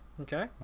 Okay